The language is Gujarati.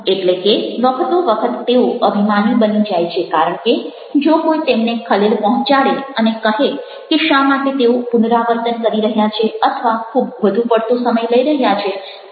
એટલે કે વખતોવખત તેઓ અભિમાની બની જાય છે કારણ કે જો કોઇ તેમને ખલેલ પહોંચાડે અને કહે કે શા માટે તેઓ પુનરાવર્તન કરી રહ્યા છે અથવા ખૂબ વધુ પડતો સમય લઇ રહ્યા છે